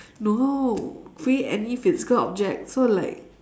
no create any physical object so like